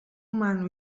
mano